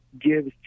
gives